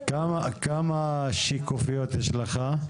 כמה שקופיות יש לך?